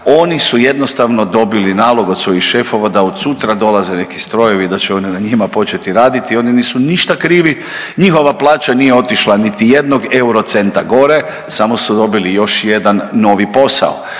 oni su jednostavno dobili nalog od svojih šefova da od sutra dolaze neki strojevi i da će oni na njima početi raditi. Oni nisu ništa krivi, njihova plaća nije otišla niti jednog euro centa gore samo su dobili još jedan novi posao.